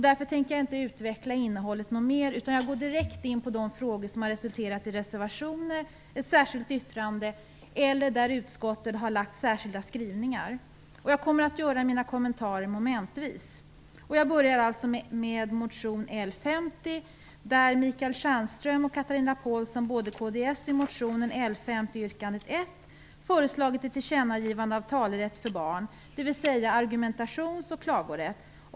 Därför tänker jag inte utveckla innehållet mer, utan jag går direkt in på de frågor som har resulterat i reservationer eller särskilt yttrande eller där utskottet har gjort särskilda skrivningar. Jag kommer att göra mina kommentarer momentvis. föreslagit ett tillkännagivande om talerätt för barn, dvs. argumentations och klagorätt.